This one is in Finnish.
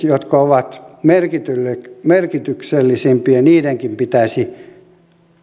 jotka ovat merkityksellisimpiä pitäisi